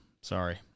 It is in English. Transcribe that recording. Sorry